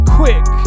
quick